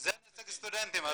זה נציג הסטודנטים.